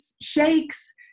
shakes